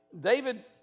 David